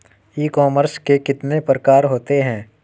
ई commerce के कितने प्रकार होते हैं?